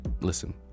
listen